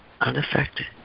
unaffected